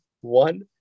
one